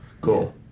Cool